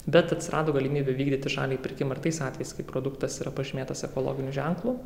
bet atsirado galimybių vykdyti žaliąjį pirkimą ir tais atvejais kai produktas yra pažymėtas ekologiniu ženklu